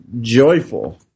joyful